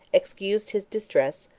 excused his distress,